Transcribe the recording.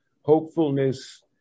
hopefulness